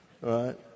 right